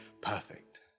perfect